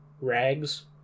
Rags